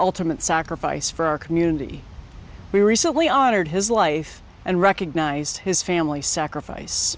ultimate sacrifice for our community we recently honored his life and recognize his family sacrifice